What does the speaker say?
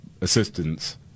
assistance